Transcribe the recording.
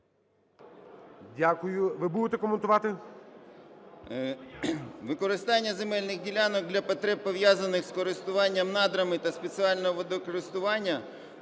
Використання земельних ділянок для потреб, пов'язаних з користуванням надрами та спеціального водокористування,